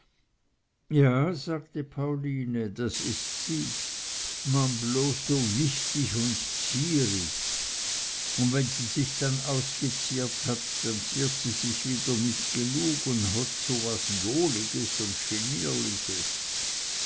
ja sagte pauline das ist sie man bloß so wichtig und zierig und wenn sie sich dann ausgeziert hat denn ziert sie sich wieder nicht genug und hat so was johliges und genierliches